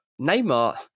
Neymar